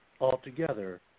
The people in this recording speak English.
altogether